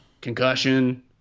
concussion